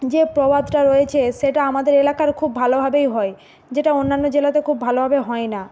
যে প্রবাদটা রয়েছে সেটা আমাদের এলাকার খুব ভালোভাবেই হয় যেটা অন্যান্য জেলাতে খুব ভালভাবে হয় না